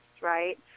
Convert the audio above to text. right